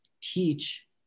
teach